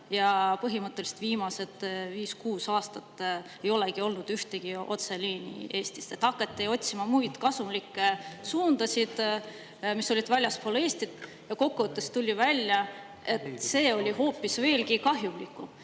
ja põhimõtteliselt viimased viis-kuus aastat ei olegi olnud ühtegi otseliini Eestist? Hakati otsima muid kasumlikke suundasid, mis olid väljaspool Eestit, ja kokkuvõttes tuli välja, et see oli hoopis veelgi kahjumlikum.